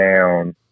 down